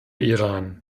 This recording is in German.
iran